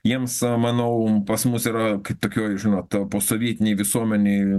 jiems savamanau pas mus yra kaip tokioj žinot ten posovietinėj visuomenėj